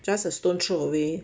just a stone's throw away